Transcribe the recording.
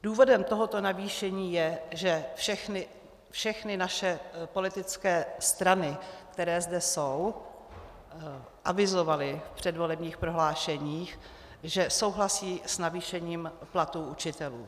Důvodem tohoto navýšení je, že všechny naše politické strany, které zde jsou, avizovaly v předvolebních prohlášeních, že souhlasí s navýšením platů učitelů.